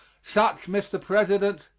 such, mr. president,